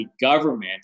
government